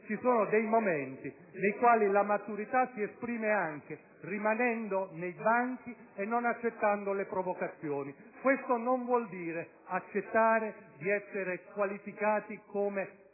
ci sono dei momenti nei quali la maturità si esprime anche rimanendo nei banchi e non accettando le provocazioni. Questo non significa accettare di essere qualificati come pecore